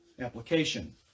application